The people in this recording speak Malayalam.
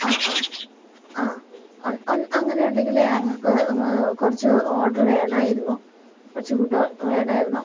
ആ ആ ആ ഒന് ഒന് അങ്ങനെ ഉണ്ടെങ്കിൽ ഞങ്ങൾക്ക് കുറച്ച് ഓർഡർ വേണമായിരുന്നു കുറച്ച് ഫുഡ് വേണമായിരുന്നു